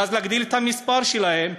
ואז להגדיל את המספר שלהם?